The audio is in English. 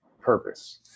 purpose